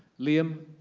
liam,